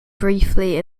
briefly